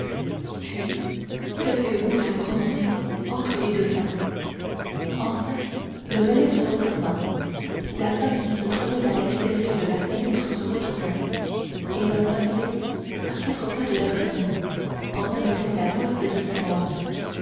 puis quelques mots furent prononcés entre les deux femmes enfin le volet se referma la femme qui se trouvait à l'extérieur de la fenêtre se retourna et vint passer à quatre pas de d'artagnan en abaissant la coiffe de sa mante